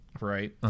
right